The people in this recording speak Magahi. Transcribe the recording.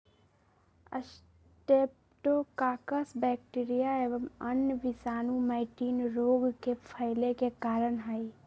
स्ट्रेप्टोकाकस बैक्टीरिया एवं अन्य विषाणु मैटिन रोग के फैले के कारण हई